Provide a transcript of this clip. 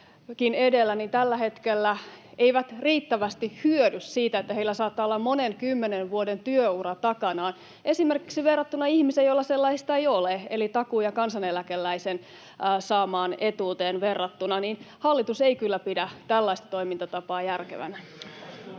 edellä eivät tällä hetkellä riittävästi hyödy siitä, että heillä saattaa olla monen kymmenen vuoden työura takanaan, verrattuna esimerkiksi ihmiseen, jolla sellaista ei ole, eli etuutta saavaan takuu- ja kansaneläkeläisen verrattuna — niin hallitus ei kyllä pidä tällaista toimintatapaa järkevänä.